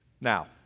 Now